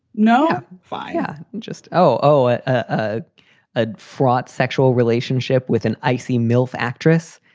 no fire just. oh, at a ah fraught sexual relationship with an icy milf actress.